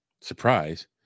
surprise